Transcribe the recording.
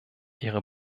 ihre